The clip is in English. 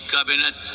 Cabinet